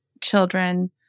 children